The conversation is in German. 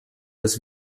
des